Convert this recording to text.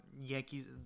Yankees